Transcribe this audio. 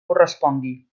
correspongui